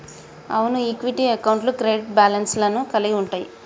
అవును ఈక్విటీ అకౌంట్లు credit balance లను కలిగి ఉంటయ్యి